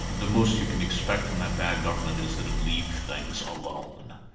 the most you can expect from that bad government is that it leaves things alone.